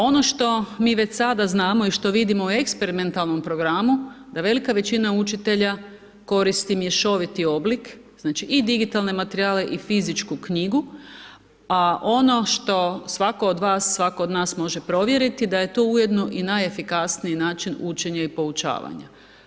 Ono što mi već sada znamo i što vidimo u eksperimentalnom programu, da velika većina učitelja koristi mješoviti oblik, znači i digitalne materijale i fizičku knjigu, a ono što svako od vas, svako od nas može provjeriti da je to ujedno i najefikasniji način učenja i poučavanja.